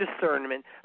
discernment